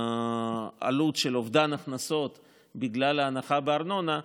מהעלות של אובדן הכנסות בגלל ההנחה בארנונה,